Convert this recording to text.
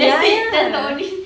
ya ya